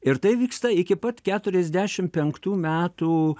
ir tai vyksta iki pat keturiasdešim penktų metų